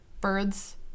Birds